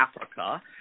Africa